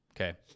Okay